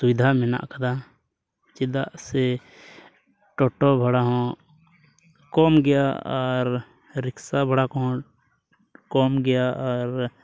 ᱥᱩᱵᱤᱫᱷᱟ ᱢᱮᱱᱟᱜ ᱠᱟᱫᱟ ᱪᱮᱫᱟᱜ ᱥᱮ ᱴᱳᱴᱳ ᱵᱷᱟᱲᱟ ᱦᱚᱸ ᱠᱚᱢ ᱜᱮᱭᱟ ᱟᱨ ᱨᱤᱠᱥᱟ ᱵᱷᱟᱲᱟ ᱠᱚᱦᱚᱸ ᱠᱚᱢ ᱜᱮᱭᱟ ᱟᱨ